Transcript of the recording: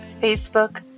facebook